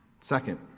Second